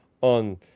on